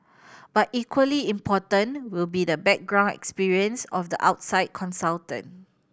but equally important will be the background experience of the outside consultant